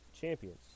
champions